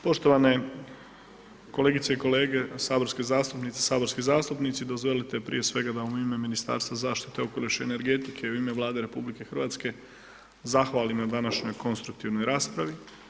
Poštovane kolegice i kolege saborske zastupnice, saborski zastupnici, dozvolite prije svega da vam u ime Ministarstva zaštite okoliša i energetike i u ime Vlade RH zahvalim na današnjoj konstruktivnoj raspravi.